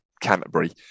Canterbury